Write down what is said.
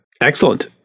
excellent